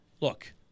Look